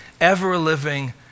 ever-living